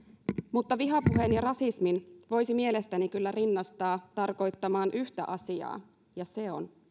mutta vihapuheen ja rasismin voisi mielestäni kyllä rinnastaa tarkoittamaan yhtä asiaa ja se on